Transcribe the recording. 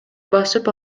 басып